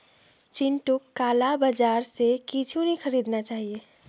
चिंटूक काला बाजार स कुछू नी खरीदना चाहिए